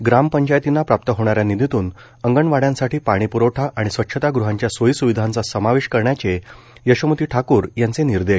ग्राम पचायतींना प्राप्त होणाऱ्या निधीतून अंगणवाड्यांसाठी पाणीप्रवठा आणि स्वच्छता गुहांचा सोयी सुविधांचा समावेश करण्याचे यशोमती ठाकूर यांचे निर्देश